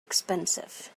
expensive